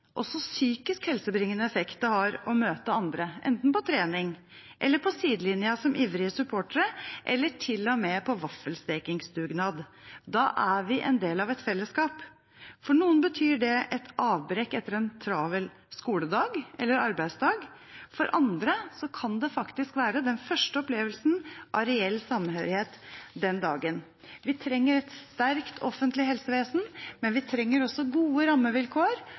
også psykisk helsebringende effekt – det har å møte andre, enten på trening, på sidelinjen som ivrige supportere eller til og med på vaffelstekingsdugnad. Da er vi en del av et felleskap. For noen betyr det et avbrekk etter en travel skoledag eller arbeidsdag, for andre kan det faktisk være den første opplevelsen av reell samhørighet den dagen. Vi trenger et sterkt offentlig helsevesen, men vi trenger også gode rammevilkår